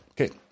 Okay